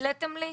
'התליתם לי?